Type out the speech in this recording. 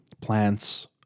plants